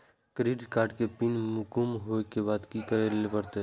Credit card के पिन गुम होय के बाद की करै ल परतै?